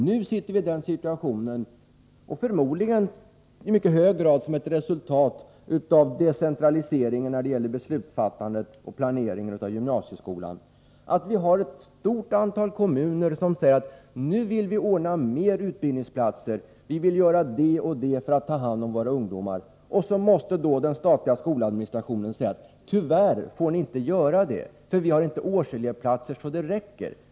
Nu har vi den situationen — förmodligen i mycket hög grad som ett resultat av decentraliseringen av beslutsfattandet och planeringen när det gäller gymnasieskolan — att ett stort antal kommuner säger att de vill ordna fler utbildningsplatser, att de vill vidta olika åtgärder för att ta hand om sina ungdomar. Men den statliga skoladministrationen säger: Tyvärr får ni inte göra det, för vi har inte årselevplatser så att det räcker.